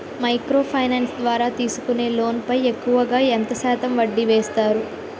Micro finance ద్వారా తీసుకునే loan పై ఎక్కువుగా ఎంత శాతం వడ్డీ వేస్తారు?